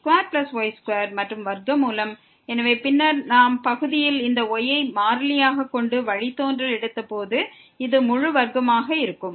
மற்றும் square root எனவே பின்னர் நாம் நியூமெரேட்டரில் இந்த y ஐ மாறிலியாக கொண்டு வழித்தோன்றல் எடுக்கும் போது இது ஹோல் ஸ்கொயராக இருக்கும்